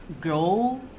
grow